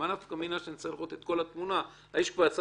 למה זה נפקא מינה שאני צריך לראות את כל התמונה?